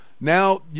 Now